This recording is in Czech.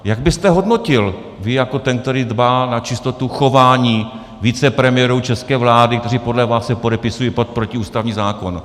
Jak byste hodnotil vy jako ten, který dbá na čistotu chování vicepremiérů české vlády, kteří podle vás se podepisují pod protiústavní zákon?